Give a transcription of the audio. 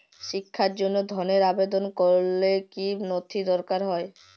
শিক্ষার জন্য ধনের আবেদন করলে কী নথি দরকার হয়?